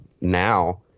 now